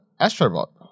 Astrobot